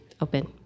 open